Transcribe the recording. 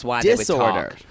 disorder